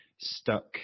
stuck